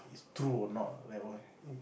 true or not that one